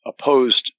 opposed